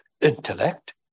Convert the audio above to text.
intellect